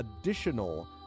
additional